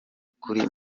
kuri